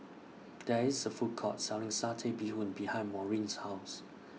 There IS A Food Court Selling Satay Bee Hoon behind Maureen's House